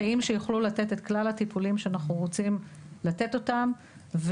תאים שיוכלו לתת את כלל הטיפולים שאנחנו רוצים לתת אותם,